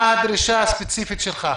מה הדרישה הספציפית שלך?